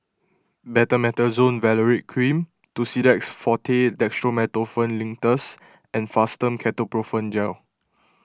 Betamethasone Valerate Cream Tussidex forte Dextromethorphan Linctus and Fastum Ketoprofen Gel